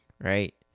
right